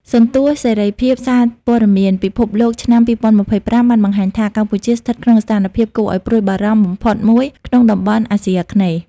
សន្ទស្សន៍សេរីភាពសារព័ត៌មានពិភពលោកឆ្នាំ ២០២៥ បានបង្ហាញថា កម្ពុជាស្ថិតក្នុងស្ថានភាពគួរឱ្យព្រួយបារម្ភបំផុតមួយក្នុងតំបន់អាស៊ីអាគ្នេយ៍។